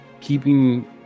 keeping